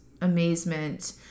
amazement